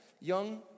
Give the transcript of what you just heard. young